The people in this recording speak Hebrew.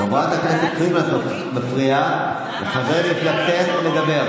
חברת הכנסת פרידמן, את מפריעה לחבר מפלגתך לדבר.